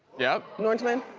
yep. norntman.